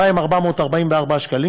2,444 שקלים